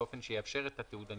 ובאופן שיאפשר את התיעוד הנדרש.